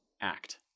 act